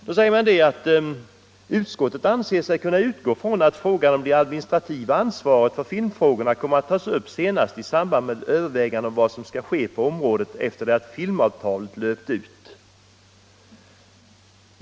Utskottet anser sig emellertid kunna utgå ifrån ”att frågan om det administrativa ansvaret för filmfrågorna kommer att tas upp senast i samband med överväganden om vad som skall ske på området efter det att filmavtalet löpt ut”.